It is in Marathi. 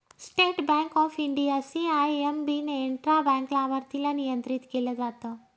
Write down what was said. state Bank of India, CIMB ने इंट्रा बँक लाभार्थीला नियंत्रित केलं जात